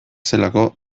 zelako